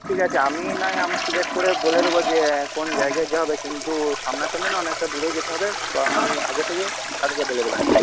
ঠিক আছে আমিই না হয় সিলেক্ট করে বলে দেব যে কোন জায়গায় যাওয়া হবে কিন্তু সামনাসামনি না অনেকটা দূরেই যেতে হবে তো আপনি আগে থেকে ওদেরকে বলে দেবেন